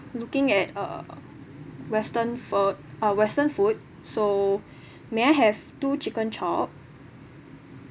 looking at uh western food uh western food so may I have two chicken chop